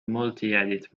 multiedit